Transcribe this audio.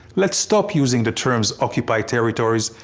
let's stop using the terms occupied territories,